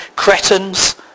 Cretans